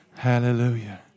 Hallelujah